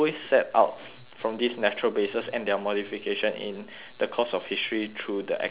from this natural bases and their modification in the course of history through the action of men